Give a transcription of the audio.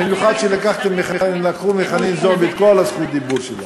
במיוחד כשלקחו מחנין זועבי את כל זכות הדיבור שלה.